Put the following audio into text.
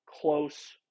close